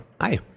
Hi